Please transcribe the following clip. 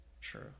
True